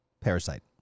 Parasite